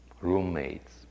roommates